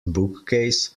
bookcase